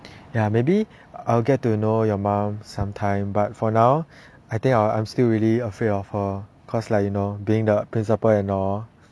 ya maybe I'll get to know your mom sometime but for now I think I'm still really afraid of her cause like you know being the principal and all